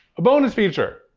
a bonus feature.